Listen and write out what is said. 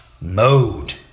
Mode